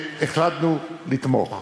שהחלטנו לתמוך,